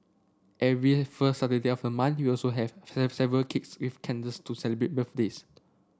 every first Saturday of the month we also have several cakes with candles to celebrate birthdays